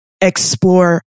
explore